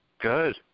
Good